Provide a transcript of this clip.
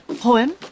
Poem